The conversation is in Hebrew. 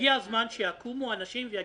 הגיע הזמן שיקומו אנשים ויגידו: